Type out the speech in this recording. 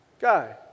Guy